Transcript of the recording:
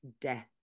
Death